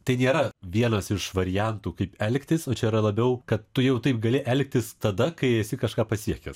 tai nėra vienas iš variantų kaip elgtis o čia yra labiau kad tu jau taip gali elgtis tada kai esi kažką pasiekęs